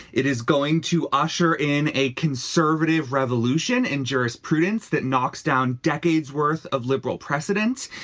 it is going to usher in a conservative revolution in jurisprudence that knocks down decades worth of liberal precedents.